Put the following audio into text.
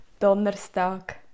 Donnerstag